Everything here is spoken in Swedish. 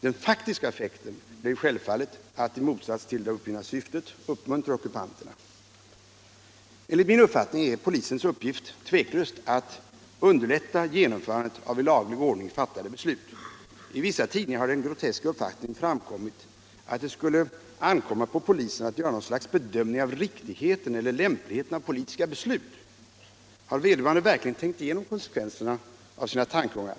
Den faktiska effekten blev självfallet att man — i motsats till syftet — uppmuntrade ockupanterna. Enligt min uppfattning är polisens uppgift tveklöst att underlätta genomförandet av i laglig ordning fattade beslut. I vissa tidningar har den groteska uppfattningen framförts, att det skulle ankomma på polisen att göra något slags bedömning av riktigheten eller lämpligheten av politiska beslut. Har vederbörande verkligen tänkt igenom konsekvenserna av sina tankegångar?